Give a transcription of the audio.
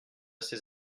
ces